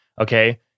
okay